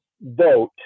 vote